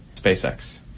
SpaceX